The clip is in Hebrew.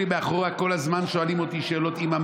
מאחורה כל הזמן שואלים אותי שאלות: אימא,